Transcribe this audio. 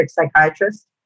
psychiatrist